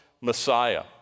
Messiah